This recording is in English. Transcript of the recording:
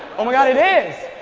oh, my god it is!